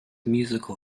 musical